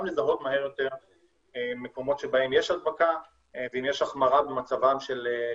לזהות מהר יותר מקומות שבהם יש הדבקה ואם יש החמרה במצבם של נדבקים.